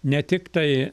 ne tik tai